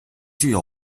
具有